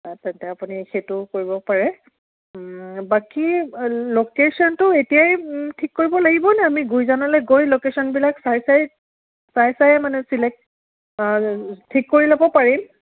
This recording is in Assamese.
তেন্তে আপুনি সেইটোও কৰিব পাৰে বাকী ল'কেশ্যনটো এতিয়াই ঠিক কৰিব লাগিব নে আমি গুঁইজানৰ ফালে গৈ ল'কেশ্যনবিলাক চাই চাই চাই চাই মানে ছিলেক্ট ঠিক কৰি ল'ব পাৰিম